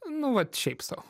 nu vat šiaip sau